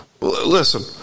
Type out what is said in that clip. Listen